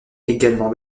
également